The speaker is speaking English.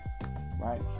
right